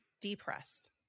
depressed